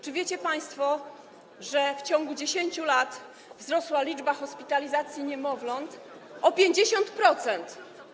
Czy wiecie państwo, że w ciągu 10 lat wzrosła liczba hospitalizacji niemowląt o 50%?